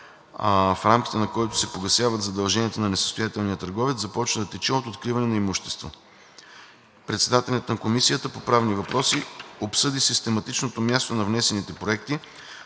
в рамките на който се погасяват задълженията на несъстоятелния търговец, започва да тече от откриване на имущество. Председателят на Комисията по правни въпроси обсъди систематичното място на внесените законопроекти,